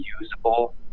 usable